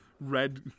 red